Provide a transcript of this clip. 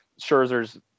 Scherzer's